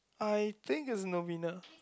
I think it's Novena